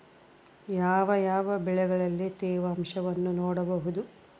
ಯಾವ ಯಾವ ಬೆಳೆಗಳಲ್ಲಿ ತೇವಾಂಶವನ್ನು ನೋಡಬಹುದು?